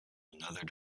another